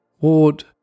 Ward